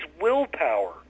willpower